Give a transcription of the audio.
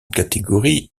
catégorie